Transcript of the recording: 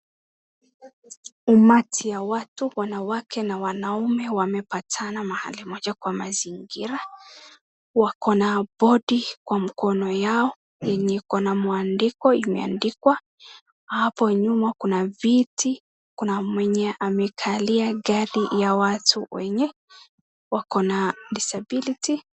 Umati ya watu, wanawake na wanaume wamepatana mahali moja kwa mazingira, wako na board kwa mkono yao, yenye iko na mwandiko imeandikwa, hapo nyuma kuna viti, kuna mwenye amekalia gari ya watu wenye wako na disability .